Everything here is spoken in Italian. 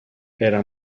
era